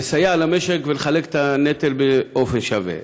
כדי באמת לסייע למשק ולחלק את הנטל באופן שווה,